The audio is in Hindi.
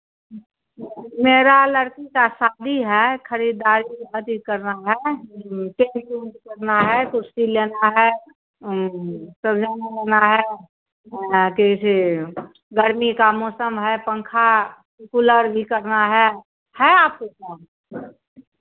मेरा लड़की का शादी है खरीददारी अथी करना है टेंट उंट करना है कुर्सी लेना है सजाना ओजाना है किसी गर्मी का मौसम है पंखा कूलर भी करना है है आपके पास